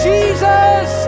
Jesus